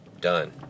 done